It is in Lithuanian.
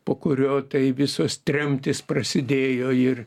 po kurio tai visos tremtys prasidėjo ir